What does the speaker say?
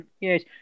Yes